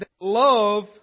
love